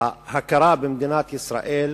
ההכרה במדינת ישראל,